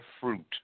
fruit